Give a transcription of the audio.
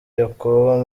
yakobo